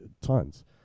tons